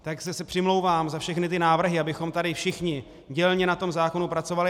Takže se přimlouvám za všechny ty návrhy, abychom tady všichni dělně na tom zákonu pracovali.